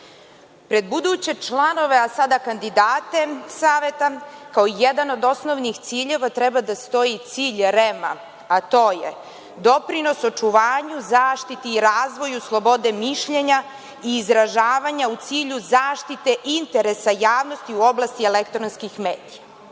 buduće članove, a sada kandidate Saveta kao jedan od osnovnih ciljeva treba da stoji i cilj REM-a, a to je doprinos očuvanju, zaštiti i razvoju slobode mišljenja i izražavanja u cilju zaštite interesa javnosti u oblasti elektronskih